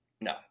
No